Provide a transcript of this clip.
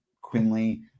Quinley